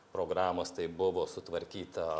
programos tai buvo sutvarkyta